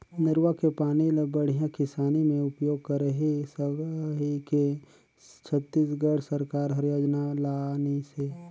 नरूवा के पानी ल बड़िया किसानी मे उपयोग करही कहिके छत्तीसगढ़ सरकार हर योजना लानिसे